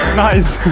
nice!